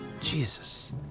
Jesus